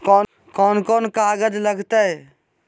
कौन कौन कागज लग तय?